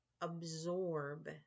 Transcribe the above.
absorb